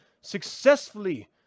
successfully